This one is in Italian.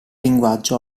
linguaggio